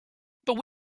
but